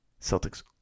Celtics